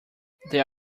there